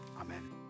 amen